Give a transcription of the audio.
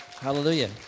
Hallelujah